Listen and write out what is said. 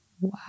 Wow